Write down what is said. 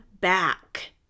back